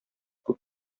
күп